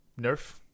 nerf